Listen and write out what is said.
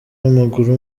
w’amaguru